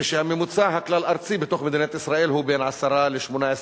כשהממוצע הכלל-ארצי בתוך מדינת ישראל הוא בין 10% ל-18%.